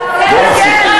בואו נפסיק,